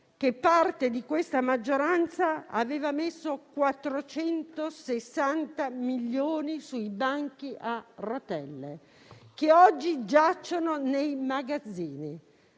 che parte di questa maggioranza aveva stanziato 460 milioni di euro per i banchi a rotelle, che oggi giacciono nei magazzini.